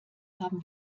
haben